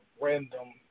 random